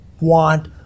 want